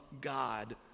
God